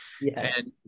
Yes